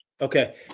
Okay